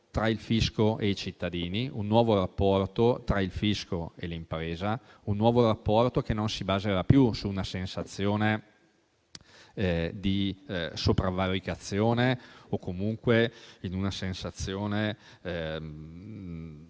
tra il fisco e i cittadini, tra il fisco e l'impresa; un nuovo rapporto che non si baserà più su una sensazione di prevaricazione o comunque sulla percezione